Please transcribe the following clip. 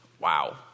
Wow